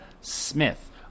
Smith